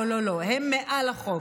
לא לא לא, הם מעל החוק.